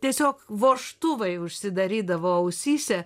tiesiog vožtuvai užsidarydavo ausyse